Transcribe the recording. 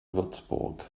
würzburg